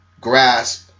grasp